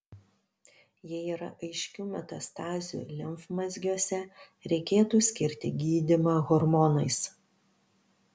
jei yra aiškių metastazių limfmazgiuose reikėtų skirti gydymą hormonais